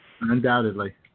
Undoubtedly